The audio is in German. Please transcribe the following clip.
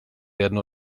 werden